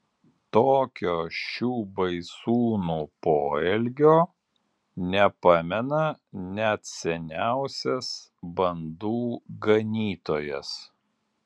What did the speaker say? tokio šių baisūnų poelgio nepamena net seniausias bandų ganytojas